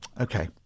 Okay